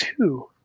two